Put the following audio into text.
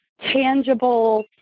tangible